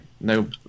no